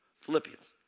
Philippians